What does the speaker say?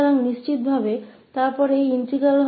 तो निश्चित रूप से तब यह समाकल भी 0 होगा